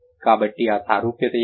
కాబట్టి ఆ సారూప్యత ఏమిటి